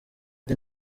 the